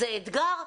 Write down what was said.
זה אתגר,